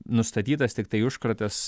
nustatytas tiktai užkratas